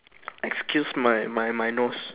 excuse my my my nose